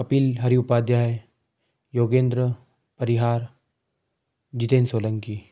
Kapil Hari Upadhyay Yogendra Parihar Jitendra Solanki